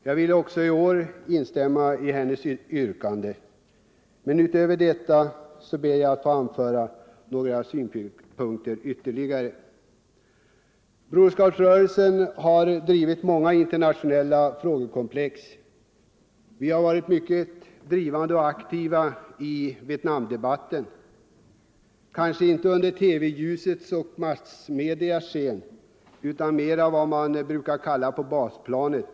Jag vill också i år instämma i fru Dahls yrkande, men därutöver ber jag att få anföra några synpunkter. Broderskapsrörelsen har drivit många internationella frågor. Vi har sålunda varit mycket aktiva i Vietnamdebatten — kanske inte just i TV eller i andra massmediers ljussken utan mera på vad man kan kalla för basplanet.